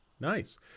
Nice